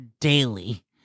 daily